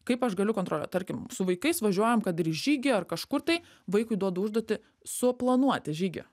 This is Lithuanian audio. kaip aš galiu kontroliuot tarkim su vaikais važiuojam kad ir žygį ar kažkur tai vaikui duodu užduotį suplanuoti žygį